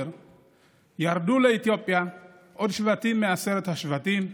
ירדו לאתיופיה עוד שבטים מעשרת השבטים,